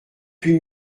huit